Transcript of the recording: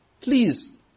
Please